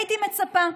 הייתי מצפה.